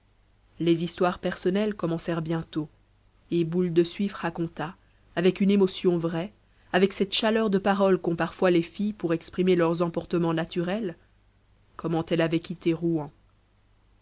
les histoires personnelles commencèrent bientôt et boule de suif raconta avec une émotion vraie avec cette chaleur de parole qu'ont parfois les filles pour exprimer leurs emportements naturels comment elle avait quitté rouen